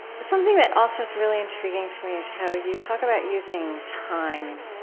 something that also is really intriguing to me is how you talk about using time.